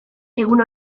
egun